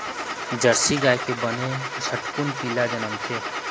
Jersey गाय के बने झटकुन पिला जनमथे